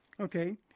Okay